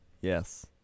Yes